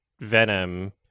Venom